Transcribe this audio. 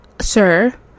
sir